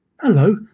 Hello